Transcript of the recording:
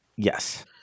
Yes